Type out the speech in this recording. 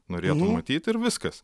norėtų matyt ir viskas